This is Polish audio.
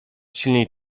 silniej